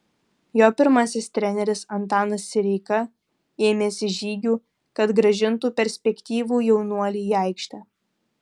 jo pirmasis treneris antanas sireika ėmėsi žygių kad grąžintų perspektyvų jaunuolį į aikštę